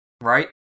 right